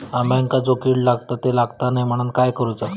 अंब्यांका जो किडे लागतत ते लागता कमा नये म्हनाण काय करूचा?